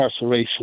incarceration